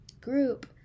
group